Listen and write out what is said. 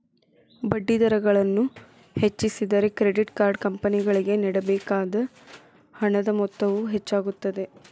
ಬಡ್ಡಿದರಗಳನ್ನು ಹೆಚ್ಚಿಸಿದರೆ, credit card ಕಂಪನಿಗಳಿಗೆ ನೇಡಬೇಕಾದ ಹಣದ ಮೊತ್ತವು ಹೆಚ್ಚಾಗುತ್ತದೆ